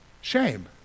Shame